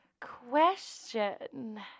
question